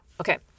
Okay